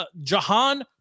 Jahan